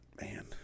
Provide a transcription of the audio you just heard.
man